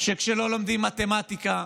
כשלא לומדים מתמטיקה,